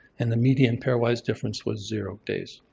and the median pairwise difference was zero days.